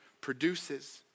produces